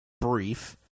brief